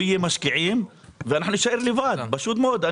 לא יהיה משקיעים ואנחנו נישאר לבד פשוט מאוד,